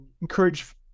encourage